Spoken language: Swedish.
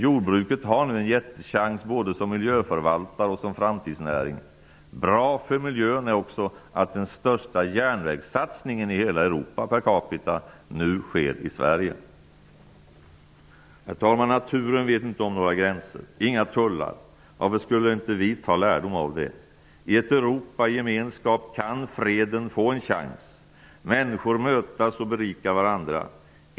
Jordbruket har en jättechans, både som miljöförvaltare och som framtidsnäring. Det är också bra för miljön att den största järnvägssatsningen per capita i Europa sker i Herr talman! Naturen vet inte om några gränser eller tullar. Varför skall inte vi ta lärdom av det? I ett Europa i gemenskap kan freden få en chans, människor mötas och berika varandra.